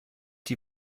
die